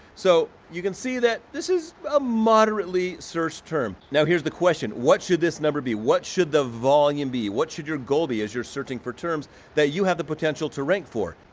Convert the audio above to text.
so, you can see that this is a moderately searched term. now here's the question, what should this number be? what should the volume be? what should your goal be as you're searching for terms that you have the potential to rank for?